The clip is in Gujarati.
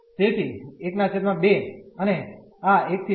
તેથી ½ અને આ 1¿ 2